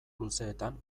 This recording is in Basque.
luzeetan